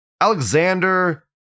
Alexander